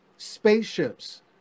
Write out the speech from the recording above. Spaceships